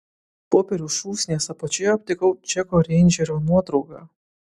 popierių šūsnies apačioje aptikau džeko reindžerio nuotrauką